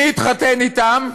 מי יתחתן אתם?